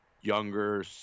younger